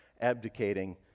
abdicating